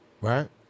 Right